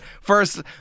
first